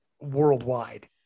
worldwide